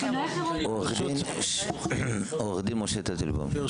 עורך דין משה טננבאום, בקשה.